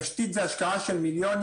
תשתית זה השקעה של מיליונים.